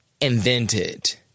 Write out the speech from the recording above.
invented